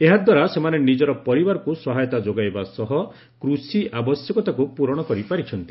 ଏହାଦ୍ୱାରା ସେମାନେ ନିଜର ପରିବାରକୁ ସହାୟତା ଯୋଗାଇବା ସହ କୃଷି ଆବଶ୍ୟକତାକୁ ପୂରଣ କରିପାରିଛନ୍ତି